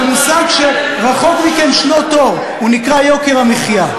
במושג שרחוק מכם שנות אור: הוא נקרא יוקר המחיה.